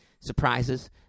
surprises